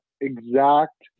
exact